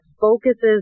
focuses